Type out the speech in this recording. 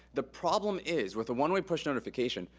the problem is with a one-way push notification,